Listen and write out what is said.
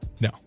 No